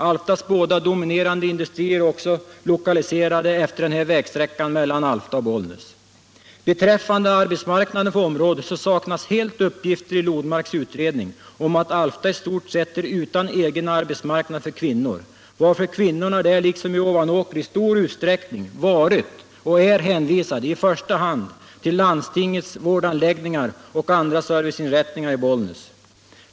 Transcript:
Alftas båda dominerande industrier är också lokaliserade utefter den här vägsträckan mellan Alfta och Bollnäs. Beträffande arbetsmarknaden för området saknas helt uppgifter i Lodmarks utredning om att Alfta i stort sett är utan egen arbetsmarknad för kvinnor, varför kvinnorna där liksom i Ovanåker i stor utsträckning varit och är hänvisade till i första hand landstingets vårdanläggningar och andra serviceinrättningar i Bollnäs.